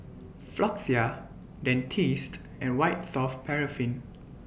Floxia Dentiste and White Soft Paraffin